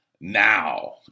Now